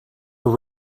were